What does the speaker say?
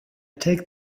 take